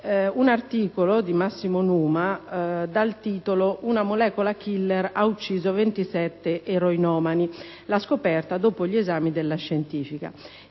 un articolo di Massimo Numa dal titolo «Una molecola killer ha ucciso 27 eroinomani - La scoperta dopo gli esami della Scientifica».